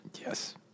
Yes